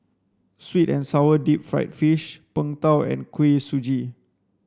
sweet and sour deep fried fish png tao and kuih suji